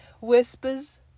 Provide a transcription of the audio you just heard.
whispers